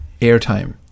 airtime